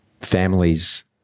Families